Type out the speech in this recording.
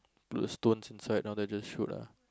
put the stones inside now they just shoot ah